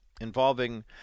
involving